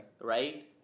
right